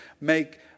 make